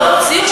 לא הוציאו.